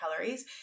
calories